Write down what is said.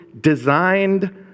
designed